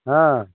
हँ